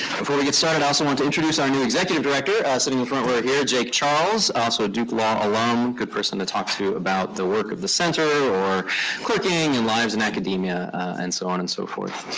before we get started, i also want to introduce our new executive director ah sitting in the front row here, jake charles, also a duke law alum good person to talk to about the work of the center or clerking and lives in academia and so on and so forth.